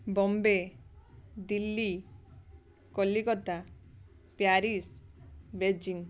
Bombay Delhi Calcutta Paris Beijing